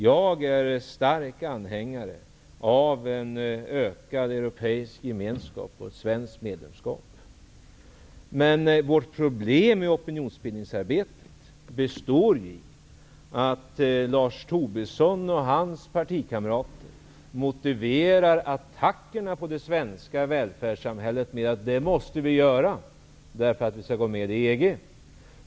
Jag är en stark anhängare av en ökad europeisk gemenskap och ett svenskt medlemskap. Men vårt problem i opinionsbildningsarbetet består i att Lars Tobisson och hans partikamrater motiverar attackerna på det svenska välfärdssamhället med att vi måste göra så, därför att vi skall gå med i EG.